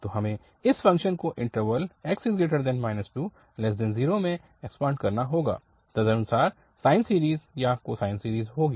तो हमें इस फ़ंक्शन को इन्टरवल 2x0 में एक्सपांन्ड करना होगा तदनुसार साइन सीरीज़ या कोसाइन सीरीज़ होगी